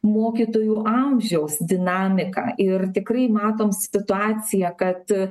mokytojų amžiaus dinamiką ir tikrai matom situaciją kad